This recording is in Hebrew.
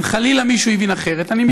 אם חלילה מישהו הבין אחרת, אני מתנצל.